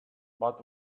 but